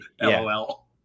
LOL